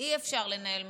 אי-אפשר לנהל מדינה,